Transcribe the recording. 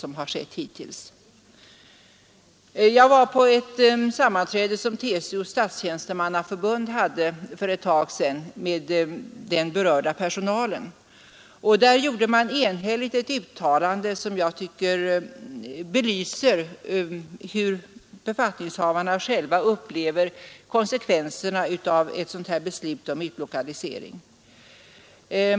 Jag var för ett tag sedan på ett sammanträde som TCO:s statstjänstemannaförbund hade anordnat med den berörda personalen. Där gjorde man enhälligt ett uttalande, som enligt mening belyser hur befattningshavarna själva upplever konsekvenserna av ett beslut om utlokalisering.